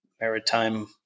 maritime